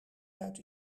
uit